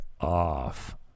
off